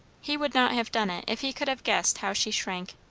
he would not have done it if he could have guessed how she shrank.